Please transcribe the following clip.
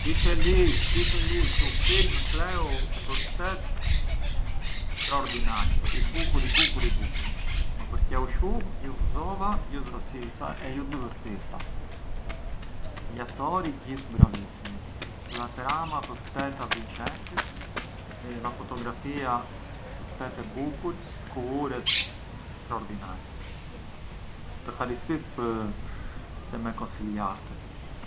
Kishe liq, kishe liq, u film kleu pë ftet straordinariu, i bukur i bukur i bukur, më përqeu shumë, ju gëzova, ju dhrosisa e ju divërtirta, gli attori gjithë bravissimi, la trama ftet avvincenti, la fotografia ftet e bukur, kulluret ftet straordinari, të haristis se me konsiljarte.